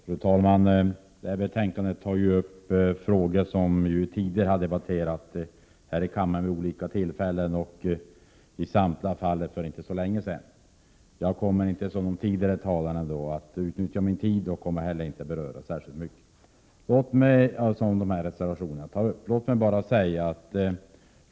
Fru talman! I detta betänkande behandlas frågor som tidigare har debatterats i kammaren vid olika tillfällen för inte så länge sedan. Jag kommer till skillnad från tidigare talare inte att utnyttja den angivna taletiden och inte heller beröra särskilt många av de frågor som tas upp i reservationerna.